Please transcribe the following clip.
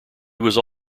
also